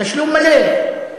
תשלום מלא.